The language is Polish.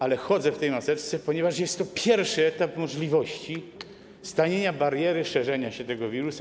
Ale chodzę w tej maseczce, ponieważ jest to pierwszy etap możliwości postawienia bariery dla szerzenia się tego wirusa.